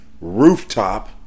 rooftop